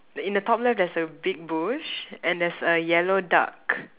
in the top left there's a big bush and there's a yellow duck